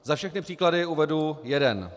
Za všechny příklady uvedu jeden.